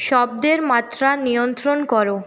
শব্দের মাত্রা নিয়ন্ত্রণ করো